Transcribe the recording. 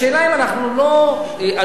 השאלה היא אם אנחנו לא עלולים,